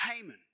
Haman